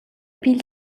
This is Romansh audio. pil